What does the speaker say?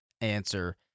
answer